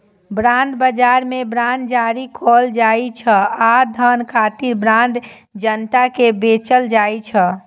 bond बाजार मे bond जारी कैल जाइ छै आ धन खातिर बांड जनता कें बेचल जाइ छै